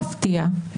באופן מאוד מפתיע,